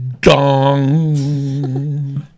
dong